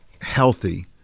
healthy